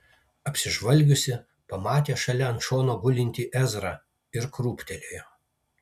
apsižvalgiusi pamatė šalia ant šono gulintį ezrą ir krūptelėjo